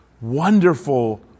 wonderful